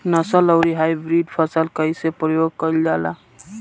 नस्ल आउर हाइब्रिड फसल के कइसे प्रयोग कइल जाला?